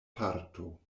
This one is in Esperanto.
parto